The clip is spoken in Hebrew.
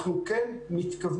אנחנו כן מתכוונים,